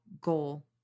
goal